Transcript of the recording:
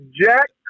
jack